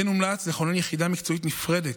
כמו כן הומלץ לכונן יחידה מקצועית נפרדת